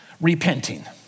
repenting